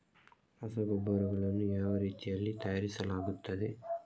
ರಸಗೊಬ್ಬರಗಳನ್ನು ಯಾವ ರೀತಿಯಲ್ಲಿ ತಯಾರಿಸಲಾಗುತ್ತದೆ?